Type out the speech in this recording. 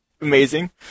amazing